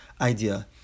idea